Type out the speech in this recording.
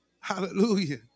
hallelujah